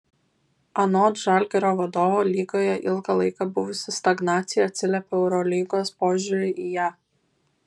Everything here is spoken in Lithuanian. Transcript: anot žalgirio vadovo lygoje ilgą laiką buvusi stagnacija atsiliepė eurolygos požiūriui į ją